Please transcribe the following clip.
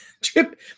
trip